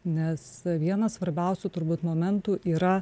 nes vienas svarbiausių turbūt momentų yra